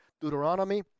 Deuteronomy